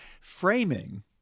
framing